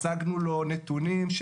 הצגנו לו נתונים,